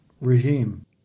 regime